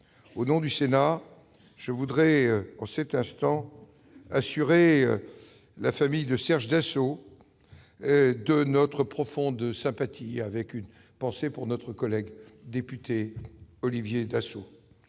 Au nom du Sénat, je voudrais en cet instant assurer la famille de Serge Dassault de notre profonde sympathie, avec une pensée particulière pour notre collègue député Olivier Dassault.